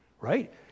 Right